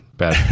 bad